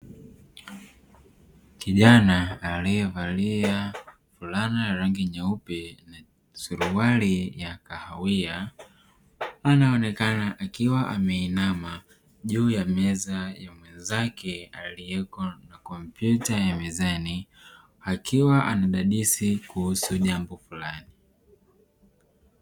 Kijana aliyevalia fulana ya rangi nyeupe na suruali ya kahawia anaonekana akiwa ameinama juu ya meza ya mwenzake aliyeko na kompyuta ya mezani, akiwa anadadisi kuhusu jambo fulani.